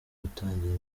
gutangira